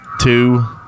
two